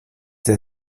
der